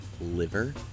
liver